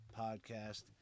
Podcast